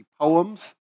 poems